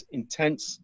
intense